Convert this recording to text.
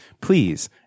Please